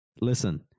Listen